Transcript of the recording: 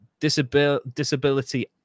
disability